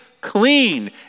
clean